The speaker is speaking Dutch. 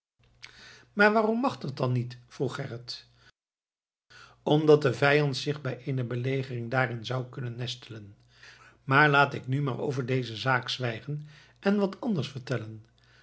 maar waarom mag dat niet vroeg gerrit omdat de vijand zich bij eene belegering daarin zou kunnen nestelen maar laat ik nu maar over deze zaak zwijgen en wat anders vertellen